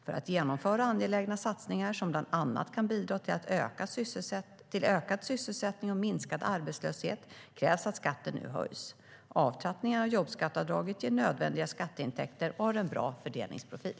För att genomföra angelägna satsningar som bland annat kan bidra till ökad sysselsättning och minskad arbetslöshet krävs att skatten nu höjs. Avtrappningen av jobbskatteavdraget ger nödvändiga skatteintäkter och har en bra fördelningsprofil.